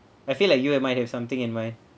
I feel like you have might have something in mind